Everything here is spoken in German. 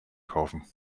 kaufen